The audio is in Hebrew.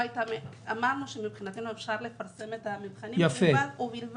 אמרנו שמבחינתנו אפשר לפרסם את התבחינים ובלבד